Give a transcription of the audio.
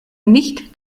nicht